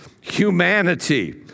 humanity